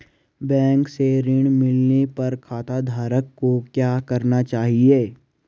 Bank से ऋण मिलने पर खाताधारक को क्या करना चाहिए?